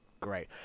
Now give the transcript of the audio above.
Great